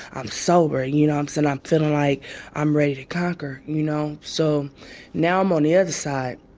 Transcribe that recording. i'm sober. you know i'm so and i'm feeling like i'm ready to conquer. you know so now i'm on the other side.